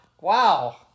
Wow